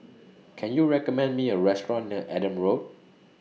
Can YOU recommend Me A Restaurant near Adam Road